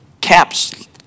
caps